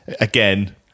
again